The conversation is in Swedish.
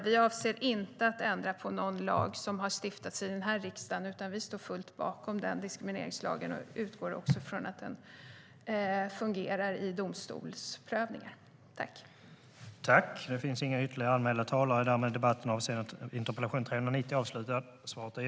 Vi avser inte att ändra på någon lag som har stiftats här i riksdagen utan står helt bakom diskrimineringslagen och utgår också från att den fungerar i domstolsprövningar.